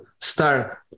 start